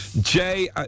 Jay